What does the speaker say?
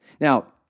Now